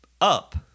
up